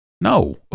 no